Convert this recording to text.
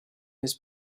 his